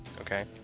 Okay